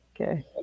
Okay